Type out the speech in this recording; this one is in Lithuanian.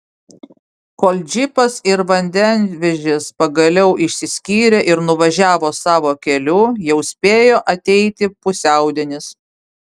kol džipas ir vandenvežis pagaliau išsiskyrė ir nuvažiavo savo keliu jau spėjo ateiti pusiaudienis